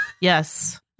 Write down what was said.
Yes